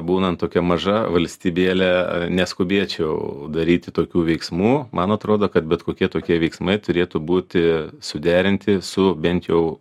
būnant tokia maža valstybėlė neskubėčiau daryti tokių veiksmų man atrodo kad bet kokie tokie veiksmai turėtų būti suderinti su bent jau